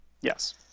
Yes